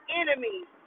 enemies